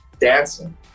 dancing